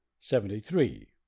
Seventy-three